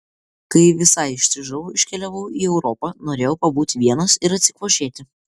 kai visai ištižau iškeliavau į europą norėjau pabūti vienas ir atsikvošėti